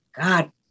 god